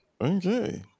Okay